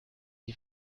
die